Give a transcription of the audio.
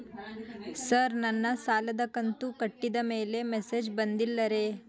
sir ನನ್ನ ಸಾಲದ ಕಂತು ಕಟ್ಟಿದಮೇಲೆ ಮೆಸೇಜ್ ಬಂದಿಲ್ಲ ರೇ